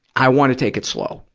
i wanna take it slow.